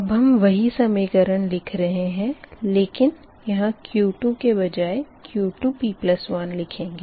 अब हम वही समीकरण लिख रहे है लेकिन यहाँ Q2 के बजाए Q2p1 लिखेंगे